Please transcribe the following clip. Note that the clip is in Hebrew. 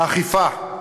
אכיפה.